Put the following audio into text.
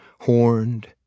horned